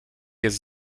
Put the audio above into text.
jest